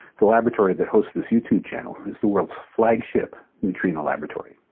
the laboratory that hosts this youtube channel, is the world's flagship neutrino laboratory.